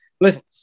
listen